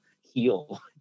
heal